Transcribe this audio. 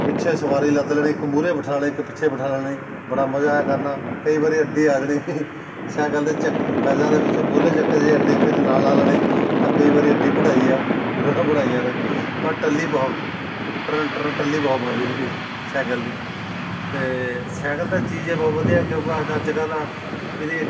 ਪਿੱਛੇ ਸਵਾਰੀ ਲੱਦ ਲੈਣੀ ਇੱਕ ਮੂਹਰੇ ਬਿਠਾ ਲਈ ਇੱਕ ਪਿੱਛੇ ਬਿਠਾ ਲੈਣੀ ਬੜਾ ਮਜ਼ਾ ਆਇਆ ਕਰਨਾ ਕਈ ਵਾਰੀ ਅੱਡੀ ਆ ਜਾਣੀ ਸਾਈਕਲ ਦੇ ਚੱਕੇ ਗਜ਼ਾਂ ਦੇ ਵਿੱਚ ਮੂਹਰਲੇ ਚੱਕੇ 'ਚ ਅੱਡੀ ਕਿਤੇ ਨਾਲ ਲਾ ਲੈਣੀ ਤਾਂ ਕਈ ਵਾਰੀ ਅੱਡੀ ਵੱਢਾਈ ਆ ਉਗਲਾਂ ਵੱਢਾਈਆਂ ਨੇ ਪਰ ਟੱਲੀ ਬਹੁ ਟਰਨ ਟਰਨ ਟੱਲੀ ਬਹੁਤ ਮਾਰੀ ਦੀ ਸੀ ਸਾਈਕਲ ਦੀ ਅਤੇ ਸਾਈਕਲ ਤਾਂ ਚੀਜ਼ ਹੀ ਬਹੁਤ ਵਧੀਆ ਕਿਉਂਕਿ ਅਦ ਅੱਜ ਕੱਲ੍ਹ ਇਹਦੀ